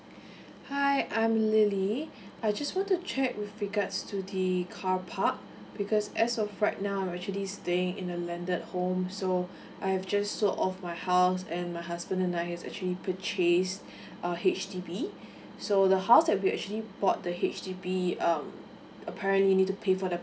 hi I'm lily I just want to check with regard to the carparks because as of right now I'm actually staying in a landed home so I've just sold off my house and my husband and I have actually purchased a H_D_B so the house that we actually bought the H_D_B um apparently need to pay for the